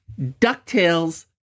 DuckTales